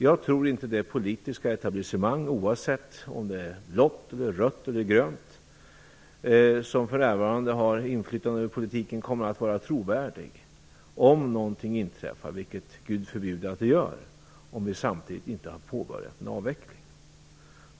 Jag tror inte det politiska etablissemang, oavsett om det är blått eller rött eller grönt, som för närvarande har inflytande över politiken kommer att vara trovärdigt om någonting inträffar - vilket Gud förbjude att det gör - om vi samtidigt inte har påbörjat en avveckling.